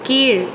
கீழ்